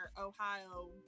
Ohio